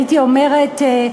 הייתי אומרת,